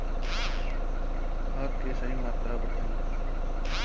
खाद के सही मात्रा बताई?